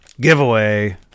Giveaway